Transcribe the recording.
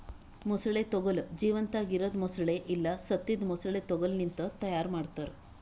ಮೊಸಳೆ ತೊಗೋಲ್ ಜೀವಂತಾಗಿ ಇರದ್ ಮೊಸಳೆ ಇಲ್ಲಾ ಸತ್ತಿದ್ ಮೊಸಳೆ ತೊಗೋಲ್ ಲಿಂತ್ ತೈಯಾರ್ ಮಾಡ್ತಾರ